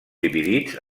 dividits